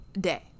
day